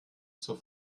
zur